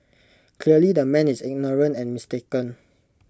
clearly the man is ignorant and mistaken